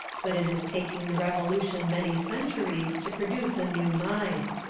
but it is taking the revolution many centuries to produce a new mind.